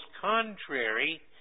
contrary